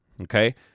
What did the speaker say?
okay